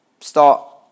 Start